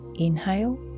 Inhale